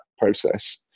process